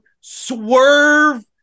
swerve